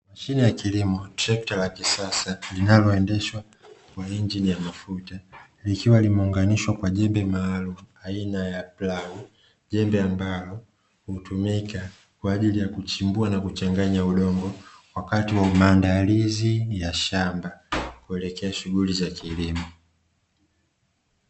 Mshine ya kilimo trekta la kisasa linaloendeshwa kwa injini ya mafuta, likiwa limeunganishwa kwa jembe maalumu aina ya plau, jembe ambalo hutumika kwa ajili ya kuchimbua na kuchanganya udongo wakati wa mandalizi ya shamba kuelekea shughuli za kilimo.